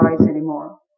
anymore